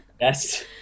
Yes